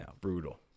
brutal